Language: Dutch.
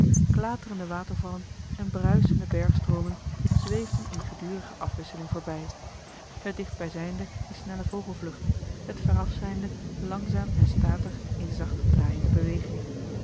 klaterende watervallen en bruisende bergstroomen zweefden in gedurige afwisseling voorbij het dichtbijzijnde in snelle vogelvlucht het verafzijnde langzaam en statig in zacht draaiende beweging